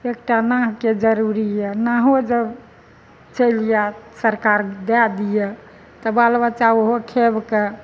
एकटा नावके जरुरी यऽ नावो जब चैलि आयत सरकार दए दिया तऽ बाल बच्चा ओहो खेब कऽ